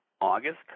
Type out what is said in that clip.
august